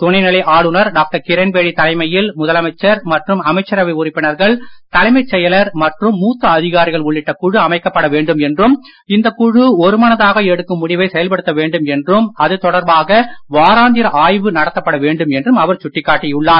துணைநிலை ஆளுநர் டாக்டர் கிரண்பேடி தலைமையில் முதலமைச்சர் மற்றும் அமைச்சரவை உறுப்பினர்கள் தலைமைச் செயலர் மற்றும் மூத்த அதிகாரிகள் உள்ளிட்ட குழு அமைக்கப்பட வேண்டும் என்றும் இந்தக் குழு ஒருமனமாக எடுக்கும் முடிவை செயல்படுத்த வேண்டும் என்றும் அது தொடர்பாக வாராந்திர ஆய்வும் நடத்தப்பட வேண்டும் என்றும் அவர் சுட்டிக் காட்டியுள்ளார்